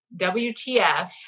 WTF